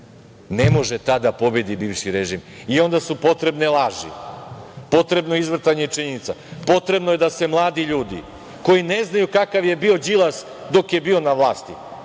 53.Ne može tada da pobedi bivši režim. Onda su potrebne laži, potrebno je izvrtanje činjenica, potrebno je da se mladi ljudi koji ne znaju kakav je bio Đilas dok je bio na vlasti,